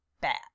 bad